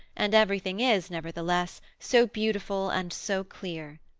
and everything is, nevertheless, so beautiful and so clear.